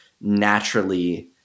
naturally